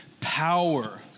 power